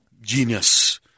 genius